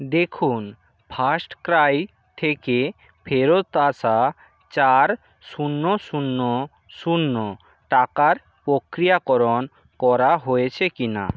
দেখুন ফাস্টক্রাই থেকে ফেরত আসা চার শূণ্য শূণ্য শূণ্য টাকার প্রক্রিয়াকরণ করা হয়েছে কিনা